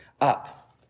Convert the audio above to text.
up